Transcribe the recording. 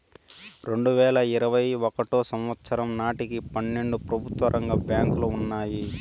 రెండువేల ఇరవై ఒకటో సంవచ్చరం నాటికి పన్నెండు ప్రభుత్వ రంగ బ్యాంకులు ఉన్నాయి